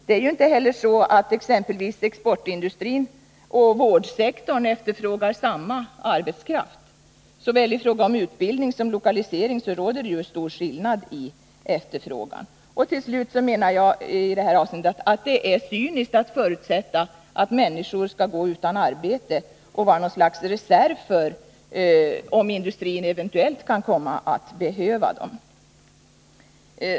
Det är inte heller så att exempelvis exportindustrin och vårdsektorn efterfrågar samma arbetskraft; såväl i fråga om utbildning som i fråga om lokalisering råder det en stor skillnad i efterfrågan. Dessutom är det cyniskt att förutsätta att människor skall gå utan arbete och vara något slags reserv, om industrin eventuellt kan komma att behöva dem.